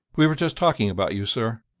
we were just talking about you, sir,